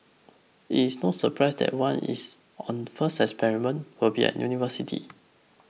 it is no surprise that one is on the first experiment will be at university